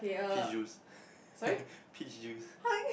peach juice peach juice